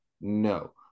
No